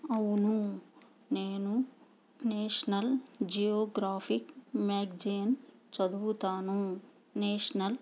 అవును నేను National Geographic magazine చదువుతాను నేషనల్